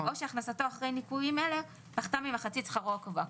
או שהכנסתו אחרי ניכויים אלה פחתה ממחצית שכרו הקובע.